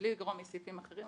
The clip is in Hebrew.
מבלי לגרום לסעיפים אחרים,